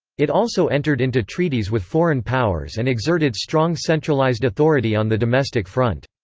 it also entered into treaties with foreign powers and exerted strong centralized authority on the domestic front.